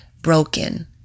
broken